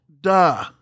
duh